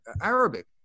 Arabic